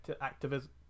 activism